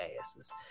asses